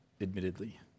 admittedly